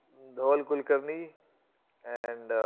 dhawal kulkarni and.